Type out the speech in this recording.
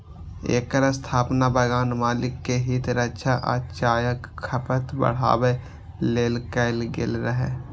एकर स्थापना बगान मालिक के हित रक्षा आ चायक खपत बढ़ाबै लेल कैल गेल रहै